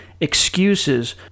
excuses